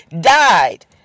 Died